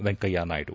Venkaiah Naidu